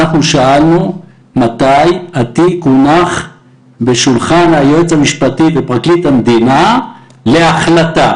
שאלנו מתי התיק הונח על שולחן היועץ המשפטי לפרקליט המדינה להחלטה,